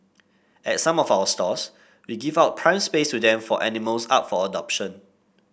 at some of our stores we give out prime space to them for animals up for adoption